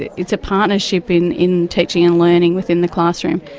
it's a partnership in in teaching and learning within the classroom.